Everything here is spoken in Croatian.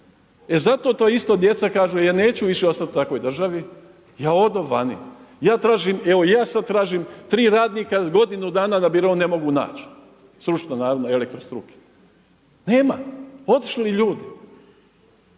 E zato ta ista djeca kažu ja neću više ostati u takvoj državi, ja odo vani. Ja tražim, evo ja sada tražim tri radnika godinu dana na birou ne mogu naći. Stručne naravno elektrostruke. Nema. Otišli ljudi.